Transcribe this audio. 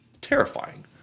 terrifying